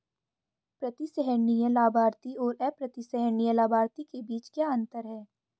प्रतिसंहरणीय लाभार्थी और अप्रतिसंहरणीय लाभार्थी के बीच क्या अंतर है?